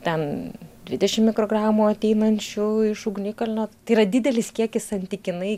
ten dvidešimt mikrogramų ateinančių iš ugnikalnio tai yra didelis kiekis santykinai